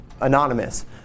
anonymous